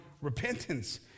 repentance